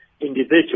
individual